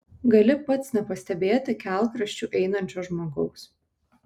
gali pats nepastebėti kelkraščiu einančio žmogaus